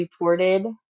reported